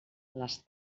les